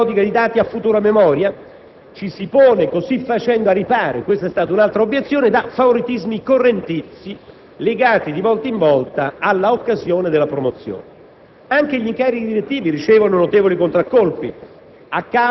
Comunque, essendo il sistema che propongo fondato sulla raccolta periodica di dati «a futura memoria», ci si pone, così facendo, al riparo - tale è stata un'altra obiezione - da favoritismi correntizi legati di volta in volta all'occasione della promozione.